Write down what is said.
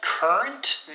Current